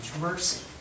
mercy